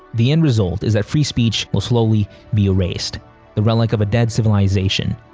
the end result is that free speech will slowly be erased the relic of a dead civilization.